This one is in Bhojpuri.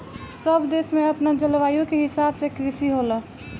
सब देश में अपना जलवायु के हिसाब से कृषि होला